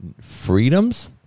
freedoms